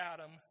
Adam